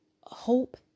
hope